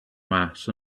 mass